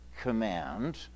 command